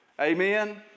Amen